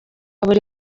buri